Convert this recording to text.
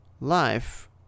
Life